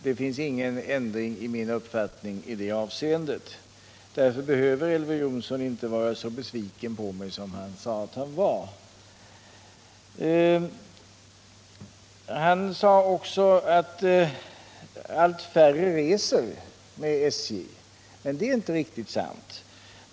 Det finns ingen ändring i min uppfattning i det avseendet. Därför behöver inte Elver Jonsson vara så besviken på mig som han sade att han var. Han sade också att allt färre reser med SJ, men det är inte riktigt sant.